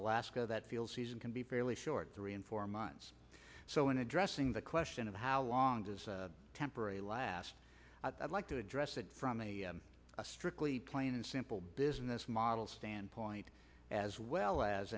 alaska that feels he can be fairly short three in four months so in addressing the question of how long does temporary last i'd like to address it from a strictly plain and simple business model standpoint as well as